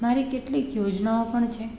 મારી કેટલીક યોજનાઓ પણ છે